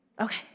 Okay